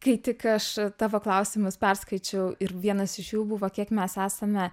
kai tik aš tavo klausimus perskaičiau ir vienas iš jų buvo kiek mes esame